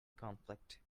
conflict